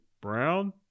Brown